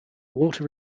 water